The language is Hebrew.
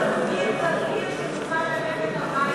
חבר הכנסת גפני, לא מצביעים מהיציע.